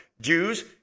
Jews